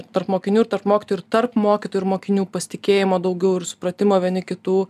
tarp mokinių ir tarp mokytojų ir tarp mokytojų ir mokinių pasitikėjimo daugiau ir supratimo vieni kitų